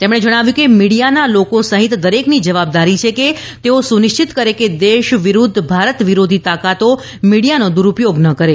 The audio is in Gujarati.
તેમણે જણાવ્યું કે મીડીયાના લોકો સહિત દરેકની જવાબદારી છે કે તેઓ સુનિશ્વિત કરે કે દેશ વિરૃધ્ધ ભારત વિરોધી તાકતો મીડીયાનો દુરૂપયોગ ન કરે